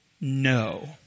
no